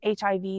HIV